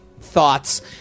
thoughts